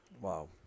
Wow